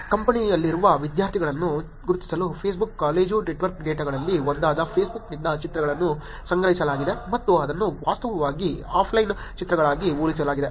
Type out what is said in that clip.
ಕ್ಯಾಂಪಸ್ನಲ್ಲಿರುವ ವಿದ್ಯಾರ್ಥಿಗಳನ್ನು ಗುರುತಿಸಲು Facebook college network ಡೇಟಾಗಳಲ್ಲಿ ಒಂದಾದ ಫೇಸ್ಬುಕ್ನಿಂದ ಚಿತ್ರಗಳನ್ನು ಸಂಗ್ರಹಿಸಲಾಗಿದೆ ಮತ್ತು ಅದನ್ನು ವಾಸ್ತವವಾಗಿ ಆಫ್ಲೈನ್ ಚಿತ್ರಗಳಿಗೆ ಹೋಲಿಸಲಾಗಿದೆ